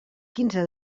quinze